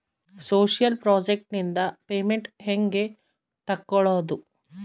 Social project ನಿಂದ payment ಹೆಂಗೆ ತಕ್ಕೊಳ್ಳದು?